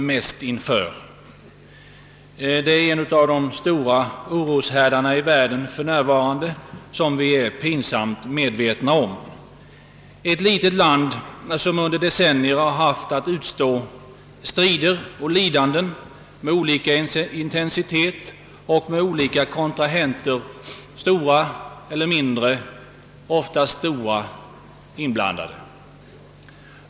Vietnam är en av de stora oroshärdarna i världen för närvarande, vilket vi är pinsamt medvetna om. Det är ett litet land som under decennier haft att utstå strider och lidanden av olika intensitet och med olika kontrahenter inblandade — stora eller små, oftast stora.